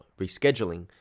rescheduling